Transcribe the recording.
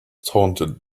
taunted